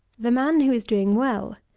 the man, who is doing well,